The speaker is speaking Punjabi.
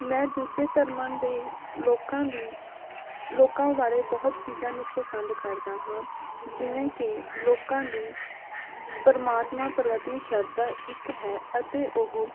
ਮੈਂ ਦੂਜੇ ਧਰਮਾਂ ਦੇ ਲੋਕਾਂ ਦੀ ਲੋਕਾਂ ਬਾਰੇ ਬਹੁਤ ਚੀਜ਼ਾਂ ਨੂੰ ਪਸੰਦ ਕਰਦਾ ਹਾਂ ਜਿਵੇਂ ਕਿ ਲੋਕਾਂ ਦੀ ਪਰਮਾਤਮਾ ਪ੍ਰਤੀ ਸ਼ਰਧਾ ਇੱਕ ਹੈ ਅਤੇ ਉਹ